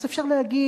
אז אפשר להגיד,